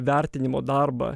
vertinimo darbą